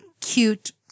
cute